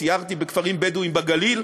סיירתי בכפרים בדואיים בגליל.